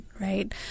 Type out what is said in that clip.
right